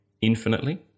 infinitely